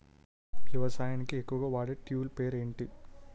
వ్యవసాయానికి ఎక్కువుగా వాడే టూల్ పేరు ఏంటి?